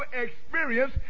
experience